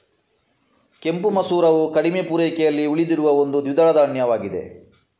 ಕೆಂಪು ಮಸೂರವು ಕಡಿಮೆ ಪೂರೈಕೆಯಲ್ಲಿ ಉಳಿದಿರುವ ಒಂದು ದ್ವಿದಳ ಧಾನ್ಯವಾಗಿದೆ